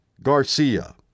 Garcia